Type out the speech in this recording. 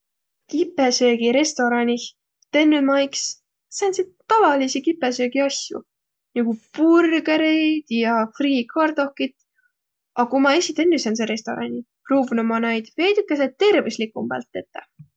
Kipõsöögirestoraanih tennüq ma iks sääntsit tavaliidsi kipõsöögi asjo nigu burgeriid ja friikardohkit, a ku ma esiq tennüq sääntse restoraani, pruuvnuq ma naid veidükese tervüsligumbalt tetäq.